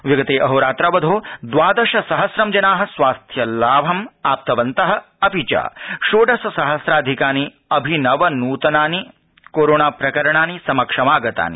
विगते अहोरात्रावधौ द्वादशसहस्रंजना स्वास्थ्यलाभं प्राप्तवन्त अपि च षोडशसहस्राधिकानि अभिनवनूतनानि कोरोना प्रकराणि समक्षमागतानि